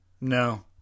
No